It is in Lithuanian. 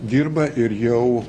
dirba ir jau